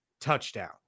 Touchdown